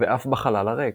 ואף בחלל הריק.